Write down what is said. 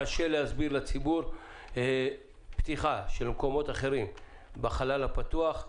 קשה להסביר לציבור פתיחה של מקומות אחרים בחלל הפתוח,